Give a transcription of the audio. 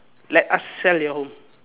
let us sell your home